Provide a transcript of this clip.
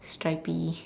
stripy